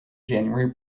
january